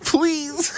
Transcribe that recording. Please